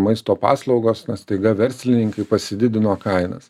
maisto paslaugos nes staiga verslininkai pasididino kainas